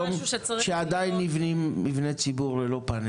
היא שמבני ציבור הם עדיין ללא פאנלים.